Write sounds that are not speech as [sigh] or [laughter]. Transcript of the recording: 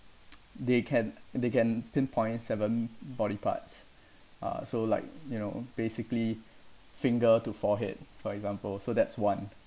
[noise] they can they can pinpoint seven body parts uh so like you know basically finger to forehead for example so that's one